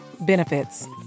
benefits